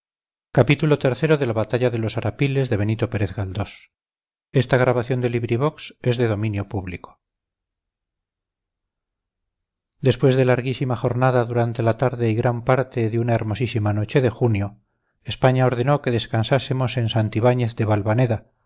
después de larguísima jornada durante la tarde y gran parte de una hermosísima noche de junio españa ordenó que descansásemos en santibáñez de valvaneda